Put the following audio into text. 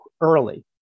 early